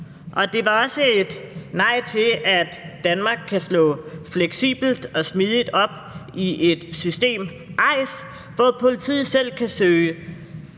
Det var også et nej til, at Danmark kan slå fleksibelt og smidigt op i et system, EIS, hvor politiet selv kan søge